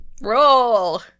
Roll